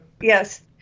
Yes